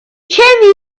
tell